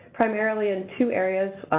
primarily in two areas,